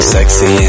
Sexy